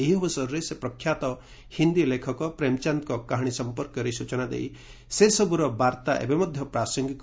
ଏହି ଅବସରରେ ସେ ପ୍ରଖ୍ୟାତ ହିନ୍ଦୀ ଲେଖକ ପ୍ରେମ୍ଚାନ୍ଦ୍ଙ କାହାଣୀ ସଂପର୍କରେ ସୂଚନା ଦେଇ ସେ ସବୁର ବାର୍ତ୍ତା ଏବେ ମଧ୍ୟ ପ୍ରାସଙ୍ଗିକ